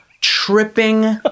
tripping